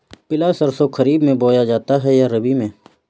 पिला सरसो खरीफ में बोया जाता है या रबी में?